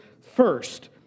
first